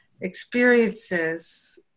experiences